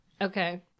Okay